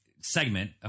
segment